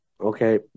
okay